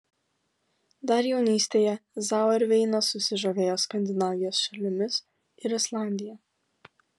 dar jaunystėje zauerveinas susižavėjo skandinavijos šalimis ir islandija